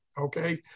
okay